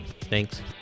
Thanks